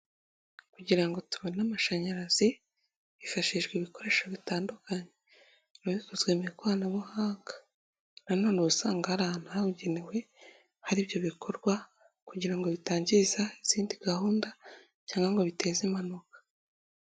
Kugira ngo tubone amashanyarazi hifashishwa ibikoresho bitandukanye, biba bikozwe mu ikoranabuhanga, nanone ubu usanga hari ahantu habugenewe, hari ibyo bikorwa kugira ngo bitangiza izindi gahunda cyangwa ngo biteze impanuka.